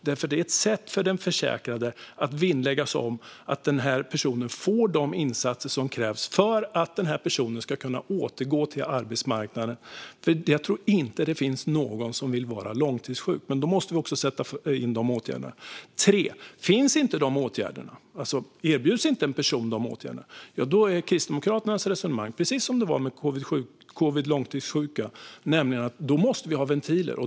Det är ett sätt för den försäkrade att vinnlägga sig om att få de insatser som krävs för att kunna återgå till arbetsmarknaden. Jag tror nämligen inte att det finns någon som vill vara långtidssjuk. Men då måste vi också sätta in dessa åtgärder. För det tredje: Om en person inte erbjuds dessa åtgärder är Kristdemokraternas resonemang, precis som det var med långtidssjuka i covid-19, att vi då måste ha ventiler.